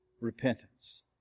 repentance